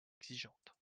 exigeantes